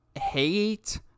hate